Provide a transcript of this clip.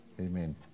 Amen